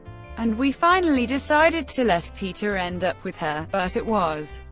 and we finally decided to let peter end up with her, but it was.